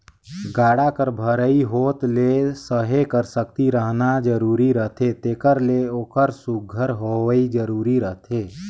गाड़ा कर भरई होत ले सहे कर सकती रहना जरूरी रहथे तेकर ले ओकर सुग्घर होवई जरूरी रहथे